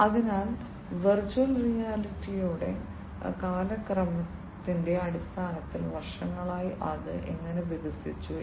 അതിനാൽ വെർച്വൽ റിയാലിറ്റിയുടെ കാലക്രമത്തിന്റെ അടിസ്ഥാനത്തിൽ വർഷങ്ങളായി അത് എങ്ങനെ വികസിച്ചു